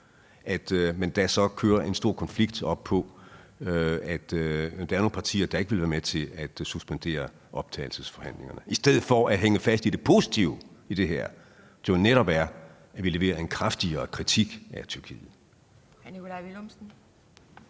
at man kører en stor konflikt op på, at der er nogle partier, der ikke vil være med til at suspendere optagelsesforhandlingerne, i stedet for at lægge vægt på det positive i det her, som jo netop er, at vi leverer en kraftigere kritik af Tyrkiet.